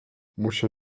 muszę